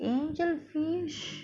angelfish